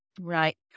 Right